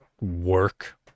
work